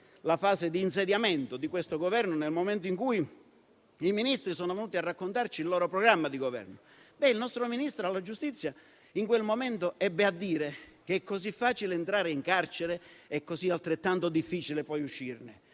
la fase di insediamento di questo Governo nel momento in cui i Ministri sono venuti ad esporci il loro programma di Governo. Il nostro Ministro della giustizia in quel momento ebbe a dire che è così facile entrare in carcere, ma è altrettanto difficile uscirne.